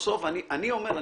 אני אומר,